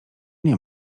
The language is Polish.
nie